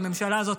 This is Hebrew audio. לממשלה הזאת.